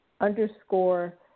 underscore